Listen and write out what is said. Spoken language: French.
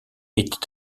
était